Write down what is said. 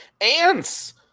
Ants